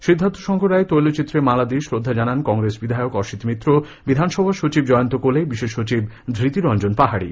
সিদ্ধার্থশঙ্কর রায়ের তৈলচিত্রে মালা দিয়ে শ্রদ্ধা জানান কংগ্রেস বিধায়ক অসিত মিত্র বিধানসভার সচিব জয়ন্ত কোলে বিশেষ সচিব ধৃতিরঞ্জন পাহাড়ি